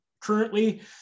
currently